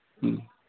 ꯎꯝ